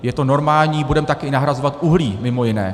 Je to normální, budeme tak i nahrazovat uhlí, mimo jiné.